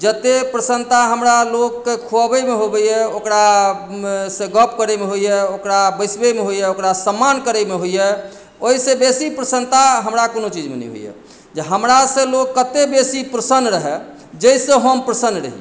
जतेक प्रसन्नता हमरा लोककेँ खुअबैमे होइए ओकरासँ गप करैमे होइए ओकरा बैसबैमे होइए ओकरा सम्मान करयमे होइए ओहिसँ बेसी प्रसन्नता हमरा कोनो चीजमे नहि होइए जे हमरासँ लोक कतेक बेसी प्रसन्न रहए जाहिसँ हम प्रसन्न रही